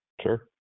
Sure